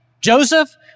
Joseph